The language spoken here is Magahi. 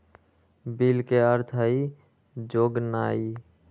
बिल के अर्थ हइ जोगनाइ